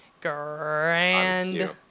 Grand